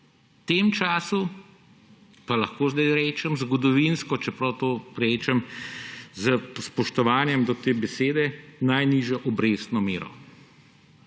v tem času, lahko zdaj rečem zgodovinsko, čeprav to rečem s spoštovanjem do te besede, najnižjo obrestno mero.